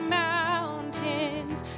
mountains